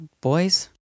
boys